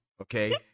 okay